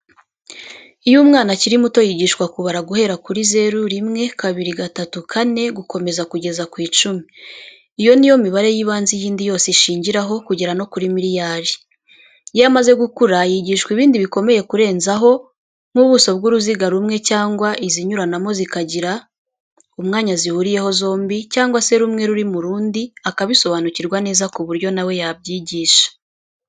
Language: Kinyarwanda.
Iyo umwana akiri muto, yigishwa kubara guhera kuri zeru, rimwe, kabiri, gatatu, kane, gukomeza kugeza ku icumi. Iyo ni yo mibare y'ibanze iyindi yose ishingiraho kugera no kuri miliyari. Iyo amaze gukura yigishwa ibindi bikomeye kurenzaho, nk'ubuso bw'uruziga rumwe cyangwa izinyuranamo zikagira umwanya zihuriyeho zombi, cyangwa se rumwe ruri mu rundi, akabisobanukirwa neza ku buryo na we yabyigisha.